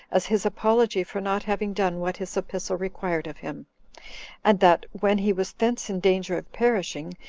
as his apology for not having done what his epistle required of him and that when he was thence in danger of perishing,